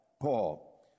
Paul